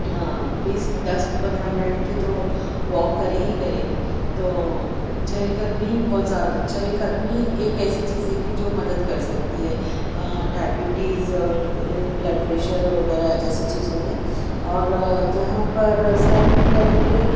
بیس دس پندرہ منٹ کی تو واک کرے ہی کرے تو چہل قدمی بہت چہل قدمی ایک ایسی چیز ہے کہ جو مدد کر سکتی ہے ڈائیبٹیز بلڈ پریشر وغیرہ جیسی چیزوں میں اور یہاں پر صحت مند رہنے کے لیے